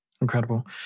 Incredible